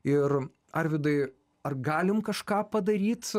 ir arvydai ar galim kažką padaryt